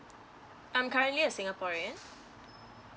I'm currently a singaporean